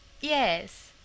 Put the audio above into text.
yes